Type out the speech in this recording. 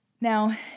Now